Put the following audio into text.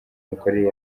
mikorere